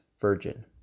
virgin